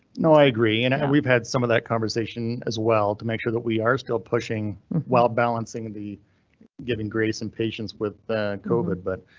no, i agree, and and we've had some of that conversation as well to make sure that we are still pushing while balancing the giving grace and patience with covid but